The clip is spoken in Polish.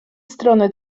strony